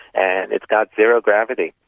and it's got zero gravity.